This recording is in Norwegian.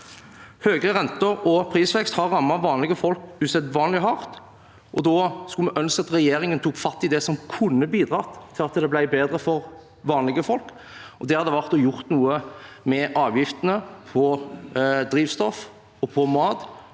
Høye renter og prisvekst har rammet vanlige folk usedvanlig hardt. Da skulle vi ønske at regjeringen tok fatt i det som kunne bidra til at det ble bedre for vanlige folk. Det hadde vært å gjøre noe med avgiftene på drivstoff og mat